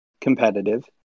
competitive